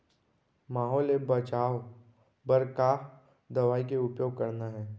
माहो ले बचाओ बर का दवई के उपयोग करना हे?